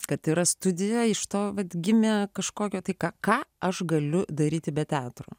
kad yra studija iš to vat gimė kažkokia tai ką ką aš galiu daryti be teatro